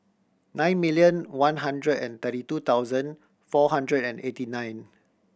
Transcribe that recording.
nine million one hundred and thirty two thousand four hundred and eighty nine